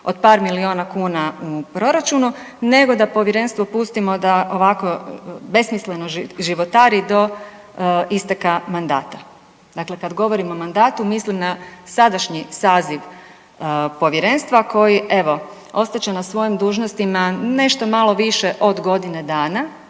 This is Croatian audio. od par miliona kuna u proračunu, nego da povjerenstvo pustimo da ovako besmisleno životari do isteka mandata. Dakle kad govorim o mandatu, mislim na sadašnji saziv povjerenstva koji evo, ostat će na svojim dužnostima nešto malo više od godine dana,